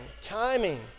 timing